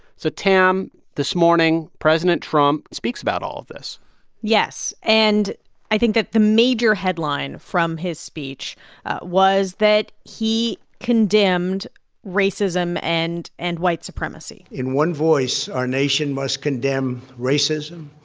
so, tam, this morning, president trump speaks about all of this yes. and i think that the major headline from his speech was that he condemned racism and and white supremacy in one voice, our nation must condemn racism,